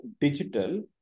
digital